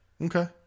Okay